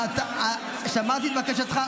שמעתי את בקשתך.